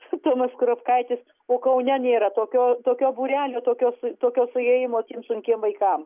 su tomas kurapkaitis o kaune nėra tokio tokio būrelio tokio su tokio suėjimo tiem sunkiem vaikam